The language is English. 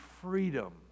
freedom